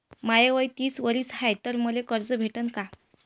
माय वय तीस वरीस हाय तर मले कर्ज भेटन का?